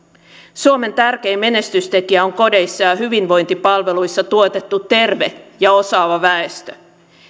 suomen tärkein menestystekijä on kodeissa ja ja hyvinvointipalveluissa tuotettu terve ja osaava väestö